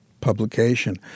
publication